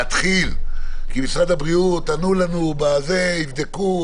כי משרד הבריאות ענו לנו: יבדקו,